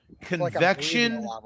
Convection